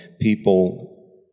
people